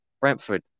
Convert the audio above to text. Brentford